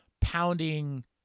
pounding